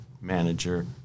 manager